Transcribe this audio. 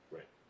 Right